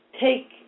take